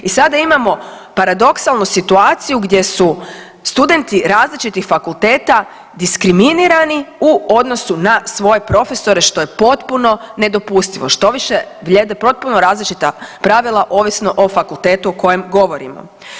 I sada imamo paradoksalnu situaciju gdje su studenti različitih fakulteta diskriminirani u odnosu na svoje profesore što je potpuno nedopustivo štoviše vrijede potpuno različita pravila ovisno o fakultetu o kojem govorimo.